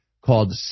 Called